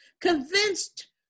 convinced